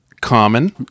common